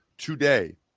Today